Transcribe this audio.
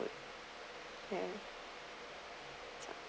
food